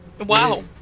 Wow